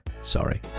Sorry